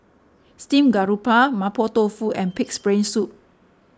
Steamed Garoupa Mapo Tofu and Pig's Brain Soup